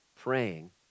praying